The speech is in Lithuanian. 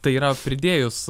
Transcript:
tai yra pridėjus